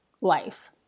life